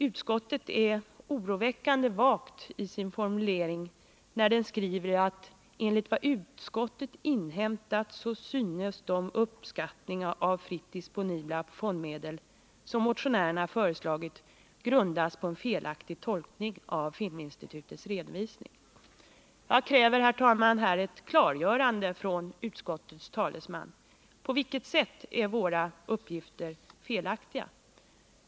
Utskottet är oroväckande vagt i sin formulering när det skriver: ”Enligt vad utskottet inhämtat synes de uppskattningar av fritt disponibla fondmedel som motionärerna kommit fram till grundas på en felaktig tolkning av Filminstitutets redovisning.” Jag kräver, herr talman, ett klargörande av utskottets talesman. På vilket sätt är våra uppgifter felaktiga?